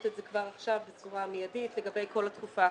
את זה כבר עכשיו בצורה מיידית לגבי כל התקופה האחרונה.